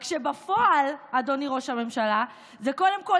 רק שבפועל, אדוני ראש הממשלה, זה קודם כול